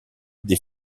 des